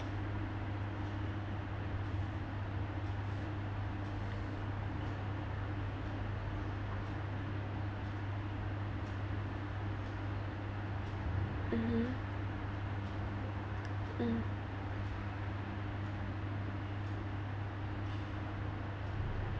mmhmm mm